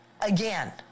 again